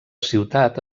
ciutat